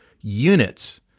units